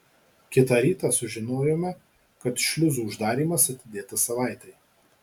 kitą rytą sužinojome kad šliuzų uždarymas atidėtas savaitei